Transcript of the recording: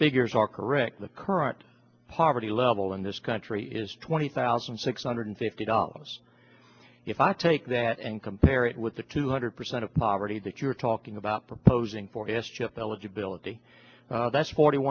figures are correct the current poverty level in this country is twenty thousand six hundred fifty dollars if i take that and compare it with the two hundred percent of poverty that you're talking about proposing for